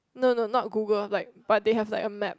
no no not Google like but they have like a map